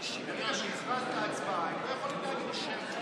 ברגע שהכרזת על הצבעה הם לא יכולים להגיד כלום.